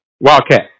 Wildcat